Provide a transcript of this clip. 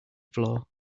floor